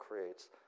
creates